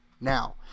now